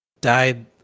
died